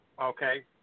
okay